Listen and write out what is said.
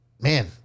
man